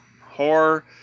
horror